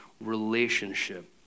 relationship